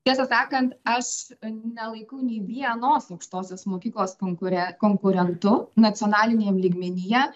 tiesą sakant aš nelaikau nei vienos aukštosios mokyklos konkure konkurentu nacionalineim lygmenyje